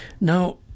Now